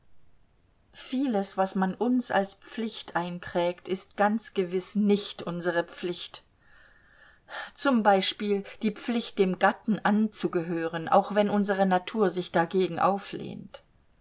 vieles was man uns als pflicht einprägt ist ganz gewiß nicht unsere pflicht z b die pflicht dem gatten anzugehören auch wenn unsere natur sich dagegen auflehnt